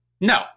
No